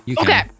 okay